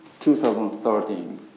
2013